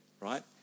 right